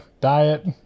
diet